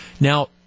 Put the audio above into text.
Now